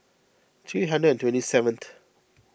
three hundred and twenty seventh